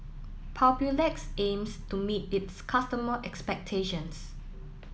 Papulex aims to meet its customers' expectations